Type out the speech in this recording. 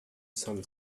sun